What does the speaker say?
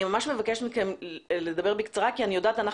אני ממש מבקשת מכם לדבר בקצרה כי אני יודעת שאנחנו